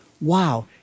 Wow